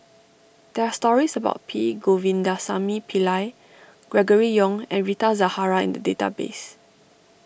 there are stories about P Govindasamy Pillai Gregory Yong and Rita Zahara in the database